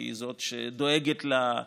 כי היא זאת שדואגת לצרכנים,